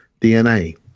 DNA